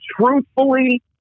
truthfully